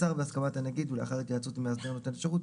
השר בהסכמת הנגיד ולאחר התייעצות עם מאסדר נותן השירות